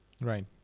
right